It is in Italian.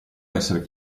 essere